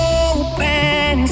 open